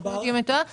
אם אני לא טועה.